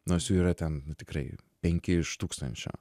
nors jų yra ten nu tikrai penki iš tūkstančio